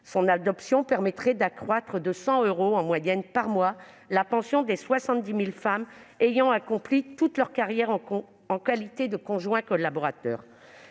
Son adoption permettrait d'accroître de 100 euros en moyenne par mois la pension des 70 000 femmes ayant accompli toute leur carrière en qualité de conjoint collaborateur.